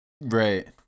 right